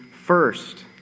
first